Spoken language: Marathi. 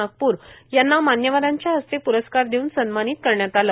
नागपूर यांना मान्यवरांच्या हस्ते प्रस्कार देऊन सन्मानित करण्यात आले